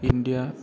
India